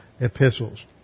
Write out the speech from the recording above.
epistles